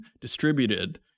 distributed